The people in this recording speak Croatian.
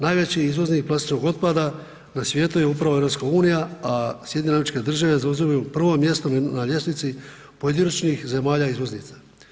Najveći izvornik plastičnog otpada na svijetu je upravo EU, a SAD zauzimaju prvo mjesto na ljestvici pojedinačnih zemalja izvoznica.